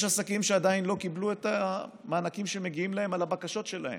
יש עסקים שעדיין לא קיבלו את המענקים שמגיעים להם על הבקשות שלהם.